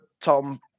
Tom